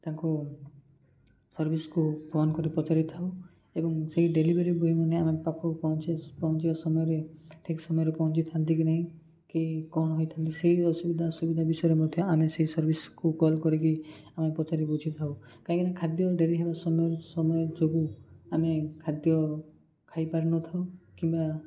ତାଙ୍କୁ ସର୍ଭିସ୍କୁ ଫୋନ୍ କରି ପଚାରିଥାଉ ଏବଂ ସେଇ ଡେଲିଭରି ବଏ ମାନେ ଆମେ ପାଖକୁ ପହଞ୍ଚିବା ସମୟରେ ଠିକ୍ ସମୟରେ ପହଞ୍ଚିଥାନ୍ତି କି ନାହିଁ କି କ'ଣ ହୋଇଥାନ୍ତି ସେଇ ଅସୁବିଧା ଅସୁବିଧା ବିଷୟରେ ମଧ୍ୟ ଆମେ ସେଇ ସର୍ଭିସ୍କୁ କଲ୍ କରିକି ଆମେ ପଚାରି ବୁଝିଥାଉ କାହିଁକିନା ଖାଦ୍ୟ ଡେରି ହେବା ସମୟ ସମୟ ଯୋଗୁଁ ଆମେ ଖାଦ୍ୟ ଖାଇପାରୁ ନଥାଉ କିମ୍ବା